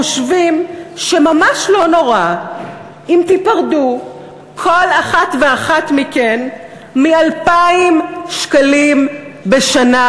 חושבים שממש לא נורא אם תיפרדו כל אחת ואחת מכן מ-2,000 שקלים בשנה.